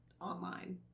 online